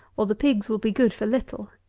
or the pigs will be good for little.